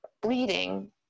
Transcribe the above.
bleeding